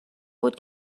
بود